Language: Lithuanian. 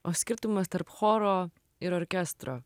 o skirtumas tarp choro ir orkestro